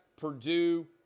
Purdue